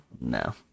No